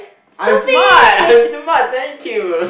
I'm smart I'm smart thank you